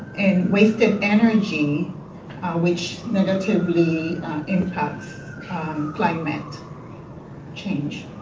and wasted energy which negatively impacts climate change.